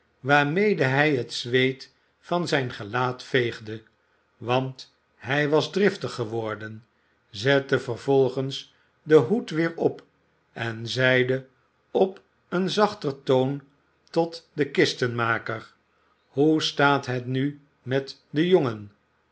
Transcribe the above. waarmede hij het zweet van zijn gelaat veegde want hij was driftig geworden zette vervolgens den hoed weer op en zeide op een zachter toon tot den kistenmaker hoe staat het nu met den jongen